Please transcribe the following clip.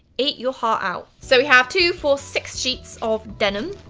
eat your heart out. so we have two, four, six sheets of denim.